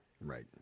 Right